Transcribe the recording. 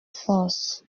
force